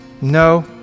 No